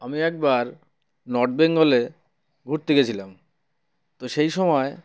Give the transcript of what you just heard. আমি একবার নর্থ বেঙ্গলে ঘুরতে গেছিলাম তো সেই সময়